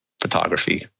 photography